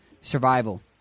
Survival